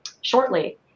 shortly